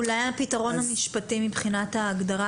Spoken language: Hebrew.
אז אולי הפתרון המשפטי מבחינת ההגדרה